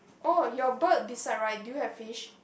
oh your bird beside right do you have fish